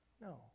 No